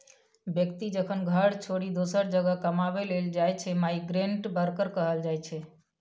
बेकती जखन घर छोरि दोसर जगह कमाबै लेल जाइ छै माइग्रेंट बर्कर कहल जाइ छै